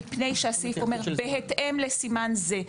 מפני שהסעיף אומר "בהתאם לסימן זה",